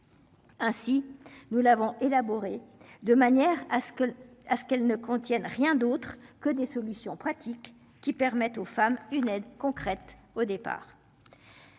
Ainsi, nous l'avons élaboré de manière à ce que, à ce qu'elles ne contiennent rien d'autre que des solutions pratiques qui permettent aux femmes une aide concrète au départ.